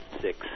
six